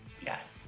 Yes